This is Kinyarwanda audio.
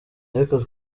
ariko